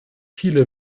viele